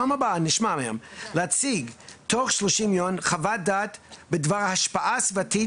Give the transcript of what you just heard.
והגנים להציג תוך 30 יום חוות דעת בדבר השפעה סביבתית